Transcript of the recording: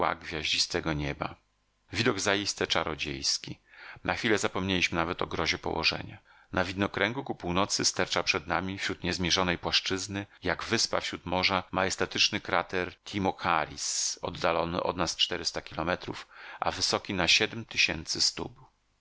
tła gwiaździstego nieba widok zaiste czarodziejski na chwilę zapomnieliśmy nawet o grozie położenia na widnokręgu ku północy sterczał przed nami wśród niezmierzonej płaszczyzny jak wyspa wśród morza majestatyczny krater timocharis oddalony od nas czterysta kilometrów a wysoki na siedm tysięcy stóp